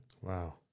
Wow